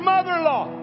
mother-in-law